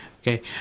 Okay